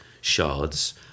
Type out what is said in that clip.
shards